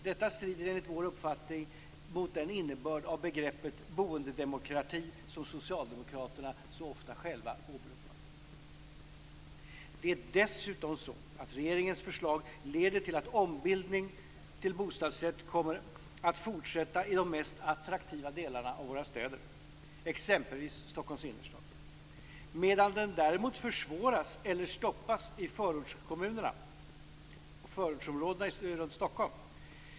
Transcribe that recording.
Detta strider enligt vår uppfattning mot den innebörd av begreppet boendedemokrati som socialdemokraterna så ofta själva åberopar. Det är dessutom så att regeringens förslag leder till att ombildning till bostadsrätt kommer att fortsätta i de mest attraktiva delarna i våra städer - exempelvis Stockholms innerstad - medan den däremot försvåras eller stoppas i förortskommunerna och områdena runt Stockholm.